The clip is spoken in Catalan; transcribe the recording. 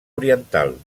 oriental